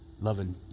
loving